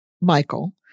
Michael